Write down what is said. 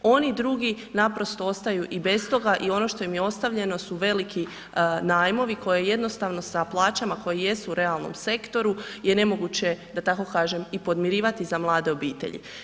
Oni drugi naprosto ostaju i bez toga i ono što im je ostavljeno su veliki najmovi koje jednostavno sa plaćama koje jesu u realnom sektoru je nemoguće da tako kažem i podmirivati za mlade obitelji.